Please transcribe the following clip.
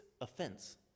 offense